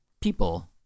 people